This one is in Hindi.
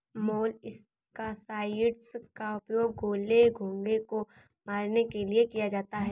मोलस्कसाइड्स का उपयोग गोले, घोंघे को मारने के लिए किया जाता है